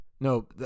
No